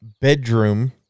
bedroom